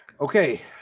Okay